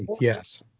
yes